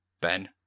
Ben